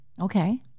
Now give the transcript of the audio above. Okay